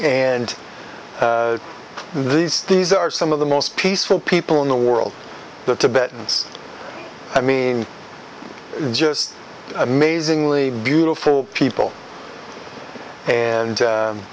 and these things are some of the most peaceful people in the world the tibetans i mean just amazingly beautiful people and